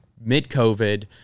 mid-COVID